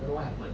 what happen